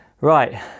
Right